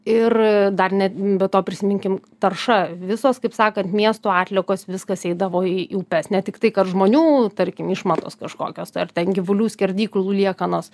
ir dar net be to prisiminkim tarša visos kaip sakant miestų atliekos viskas eidavo į į upes ne tik tai kad žmonių tarkim išmatos kažkokios tai ar ten gyvulių skerdyklų liekanos